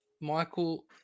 Michael